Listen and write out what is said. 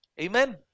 amen